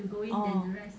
orh